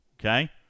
Okay